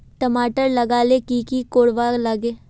टमाटर लगा ले की की कोर वा लागे?